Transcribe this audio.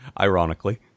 Ironically